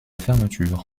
fermeture